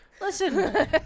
listen